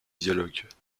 dialogues